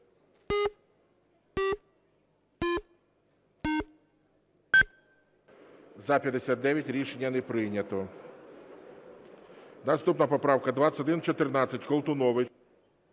За-65 Рішення не прийнято. Наступна поправка 2132. Колтунович,